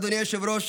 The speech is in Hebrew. אדוני היושב-ראש,